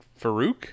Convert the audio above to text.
Farouk